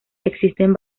existen